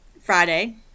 friday